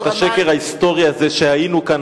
את השקר ההיסטורי הזה ש"היינו כאן,